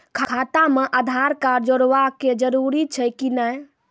खाता म आधार कार्ड जोड़वा के जरूरी छै कि नैय?